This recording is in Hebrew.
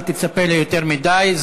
אל תצפה ליותר מדי.